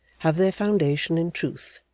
have their foundation in truth,